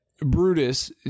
Brutus